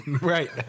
Right